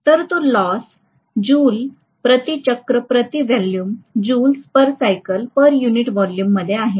तर तो loss joule प्रति चक्र प्रति व्हॉल्यूम मध्ये आहे